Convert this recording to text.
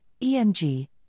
EMG